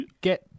get